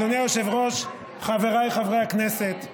חבריי חברי הכנסת,